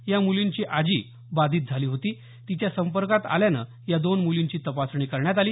या मुलींची आजी बाधित झाली होती तिच्या संपर्कात आल्यामुळे या दोन मूलींची तपासणी करण्यात आली